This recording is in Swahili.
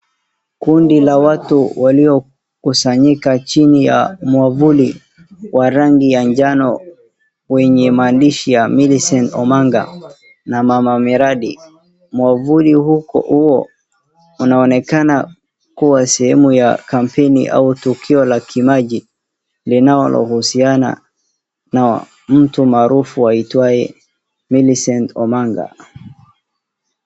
Kundi la watu waliokusanyika chini ya mwavuli wa rangi ya njano wenye maandishi ya Millicent Omanga na mama miradi. Mwavuli huo unaonekana kuwa sehemu ya kampeni au tukio la kimaji, linalohusiana na mtu maarufu aitwaye Millicent Omanga.